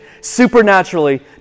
supernaturally